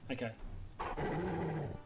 Okay